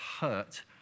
hurt